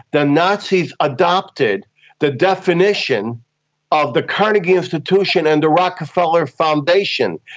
the nazis adopted the definition of the carnegie institution and the rockefeller foundation,